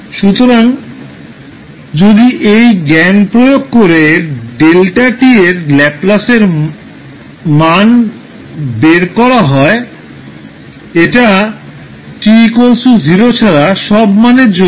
সুতরাং যদি এই জ্ঞান প্রয়োগ করে 𝛿𝑡 এর ল্যাপ্লাসের মান বের করা হয় এটা 𝑡0 ছাড়া সব মানের জন্য 0 হবে